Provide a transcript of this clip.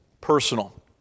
personal